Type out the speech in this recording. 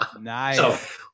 Nice